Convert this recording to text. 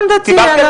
גם דתי.